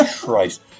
Christ